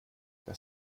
das